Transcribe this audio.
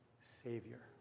Savior